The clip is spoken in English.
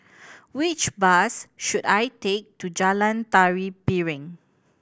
which bus should I take to Jalan Tari Piring